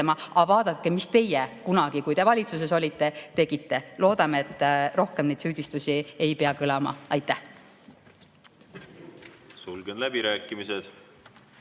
et vaadake, mis teie kunagi, kui te valitsuses olite, tegite. Loodame, et rohkem ei pea neid süüdistusi kõlama. Aitäh! Sulgen läbirääkimised.